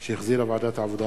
שהחזירה ועדת העבודה,